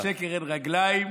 לשקר אין רגליים,